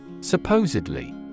Supposedly